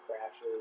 crashes